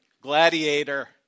Gladiator